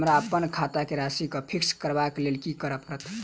हमरा अप्पन खाता केँ राशि कऽ फिक्स करबाक लेल की करऽ पड़त?